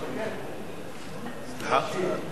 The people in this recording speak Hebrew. צריך להשיב.